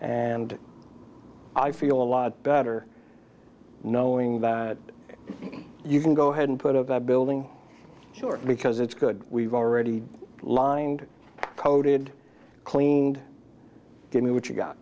and i feel a lot better knowing that you can go ahead and put up a building sure because it's good we've already lined coded cleaned give me what you've got